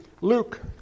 luke